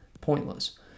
pointless